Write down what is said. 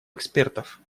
экспертов